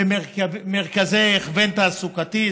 ומרכזי הכוון תעסוקתי,